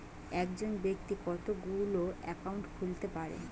একজন ব্যাক্তি কতগুলো অ্যাকাউন্ট খুলতে পারে?